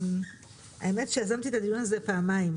האמת שיזמתי את הדיון הזה פעמיים,